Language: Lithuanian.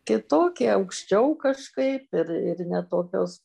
kitokie aukščiau kažkaip ir ir ne tokios